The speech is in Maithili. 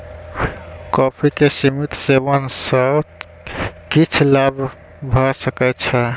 कॉफ़ी के सीमित सेवन सॅ किछ लाभ भ सकै छै